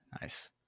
nice